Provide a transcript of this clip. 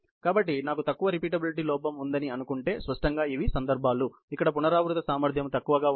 కాబట్టి నాకు తక్కువ రిపీటబిలిటీ లోపం ఉందని అనుకుంటే స్పష్టంగా ఇవి సందర్భాలు ఇక్కడ రిపీటబిలిటీ సామర్థ్యం తక్కువగా ఉంటుంది